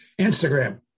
Instagram